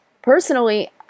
Personally